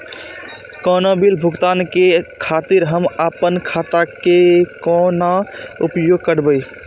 कोनो बील भुगतान के खातिर हम आपन खाता के कोना उपयोग करबै?